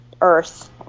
Earth